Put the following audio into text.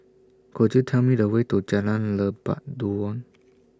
Could YOU Tell Me The Way to Jalan Lebat Daun